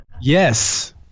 Yes